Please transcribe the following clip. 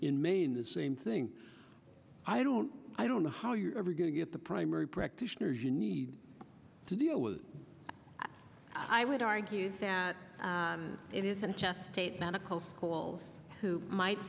in maine the same thing i don't i don't know how you're ever going to get the primary practitioners you need to do it i would argue that it isn't just state medical school who might